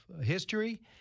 history